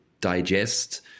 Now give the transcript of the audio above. digest